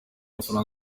bafana